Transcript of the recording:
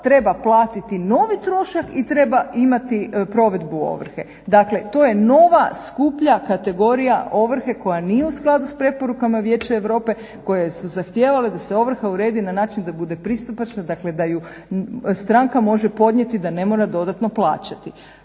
treba platiti novi trošak i treba imati provedbu ovrhe. Dakle, to je nova skuplja kategorije koja nije u skladu s preporukama Vijeća Europe koje su zahtijevale da se ovrha uredi na način da bude pristupačna dakle da ju stranka može podnijeti da ne mora dodatno plaćati.